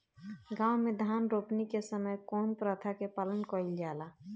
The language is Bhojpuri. गाँव मे धान रोपनी के समय कउन प्रथा के पालन कइल जाला?